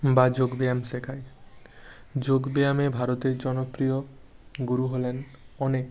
বা যোগব্যায়াম শেখায় যোগব্যায়ামে ভারতের জনপ্রিয় গুরু হলেন অনেক